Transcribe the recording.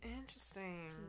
interesting